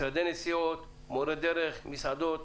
משרדי נסיעות, מורי דרך, מסעדות,